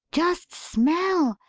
just smell!